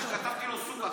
שכתבתי לו סוקה.